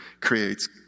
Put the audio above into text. creates